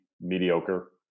mediocre